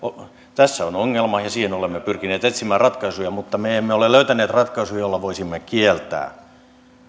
tässä on ongelma ja siihen olemme pyrkineet etsimään ratkaisuja mutta me emme ole löytäneet ratkaisua jolla voisimme kieltää sen ja